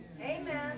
Amen